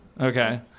Okay